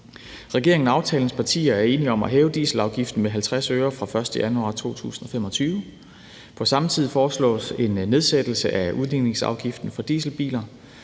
Regeringen og aftalepartierne er enige om at hæve dieselafgiften med 50 øre fra den 1. januar 2025. På samme tid foreslås en nedsættelse af udligningsafgiften for dieselbiler.